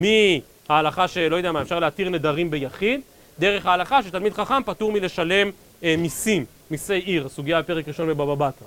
מההלכה שלא יודע מה, אפשר להתיר נדרים ביחיד, דרך ההלכה שתלמיד חכם פתור מלשלם מיסים, מיסי עיר, סוגיה בפרק ראשון בבבא בתרא.